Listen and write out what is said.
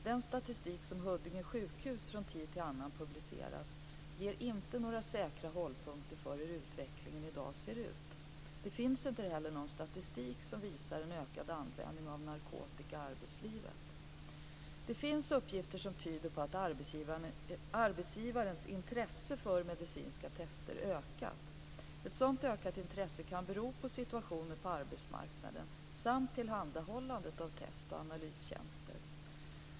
Den statistik som Huddinge sjukhus från tid till annan publicerar ger inte några säkra hållpunkter för hur utvecklingen ser ut i dag. Det finns inte heller någon statistik som visar en ökad användning av narkotika i arbetslivet. Det finns uppgifter som tyder på att arbetsgivarnas intresse för medicinska test ökat. Ett sådant ökat intresse kan bero på situationen på arbetsmarknaden samt tillhandahållandet av test och analystjänster.